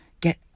get